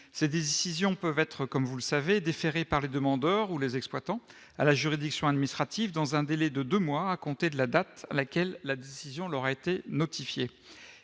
des yeux on peuvent être comme vous le savez, déférés par les demandeurs ou les exploitants à la juridiction administrative dans un délai de 2 mois à compter de la date à laquelle la décision leur a été notifiée